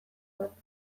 bat